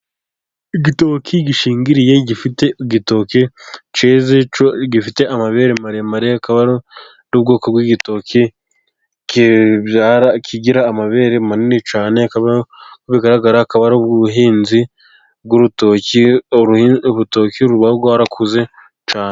Igitoki gishingiriye gifite igitoki cyeze ,gifite amabere maremare akaba ari ubwoko bw'igitoki kibyara kigira amabere manini cyane ,bigaragara akaba ari ubuhinzi bw'urutoki, urutoki ruba rwarakuze cyane.